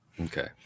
Okay